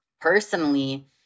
Personally